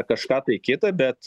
kažką tai kitą bet